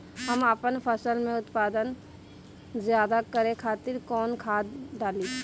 हम आपन फसल में उत्पादन ज्यदा करे खातिर कौन खाद डाली?